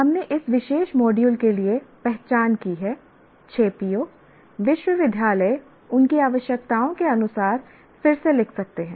हमने इस विशेष मॉड्यूल के लिए पहचान की है 6 PO विश्वविद्यालय उनकी आवश्यकताओं के अनुसार फिर से लिख सकते हैं